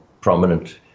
prominent